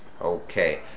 Okay